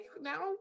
now